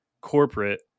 corporate